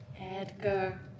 Edgar